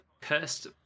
cursed